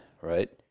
Right